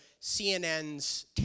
CNN's